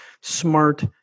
smart